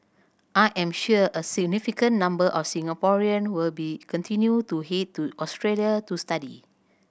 I am sure a significant number of Singaporean will be continue to head to Australia to study